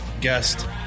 guest